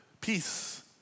peace